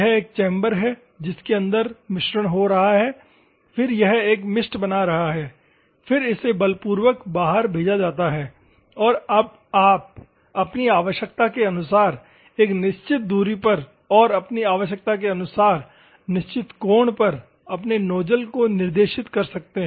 यह एक चैम्बर है जिसके अंदर मिश्रण हो रहा है फिर यह एक मिस्ट बना रहा है फिर इसे बलपूर्वक बाहर भेजा जाता है और अब आप अपनी आवश्यकता के अनुसार एक निश्चित दूरी पर और अपनी आवश्यकता के अनुसार निश्चित कोण पर अपने नोजल को निर्देशित कर सकते हैं